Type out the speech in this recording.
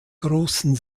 großen